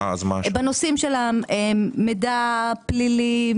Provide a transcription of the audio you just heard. בנושאים של מידע פלילי,